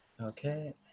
okay